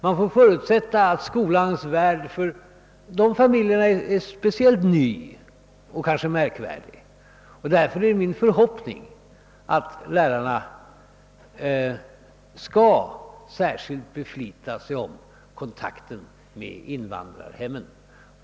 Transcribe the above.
Man får anta att skolans värld för dessa familjer är speciellt ny och kanske ter sig främmande. Det är därför min förhoppning att lärarna särskilt skall beflita sig om kontakten med invandrarhemmen.